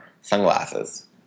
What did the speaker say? sunglasses